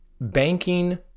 banking